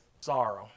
sorrow